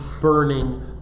burning